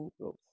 Growth